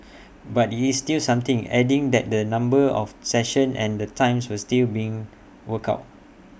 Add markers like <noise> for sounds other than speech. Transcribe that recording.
<noise> but IT is still something adding that the number of sessions and the times were still being worked out